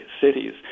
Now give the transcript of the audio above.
cities